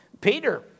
Peter